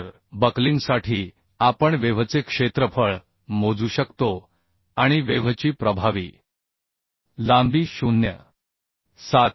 तर बकलिंगसाठी आपण वेव्हचे क्षेत्रफळ मोजू शकतो आणि वेव्हची प्रभावी लांबी 0